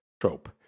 trope